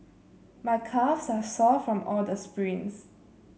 my calves are sore from all the sprints